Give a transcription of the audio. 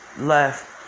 left